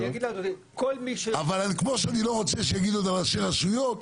כמו שאני לא רוצה שיגידו על ראשי רשויות,